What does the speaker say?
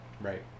right